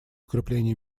укрепления